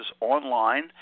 online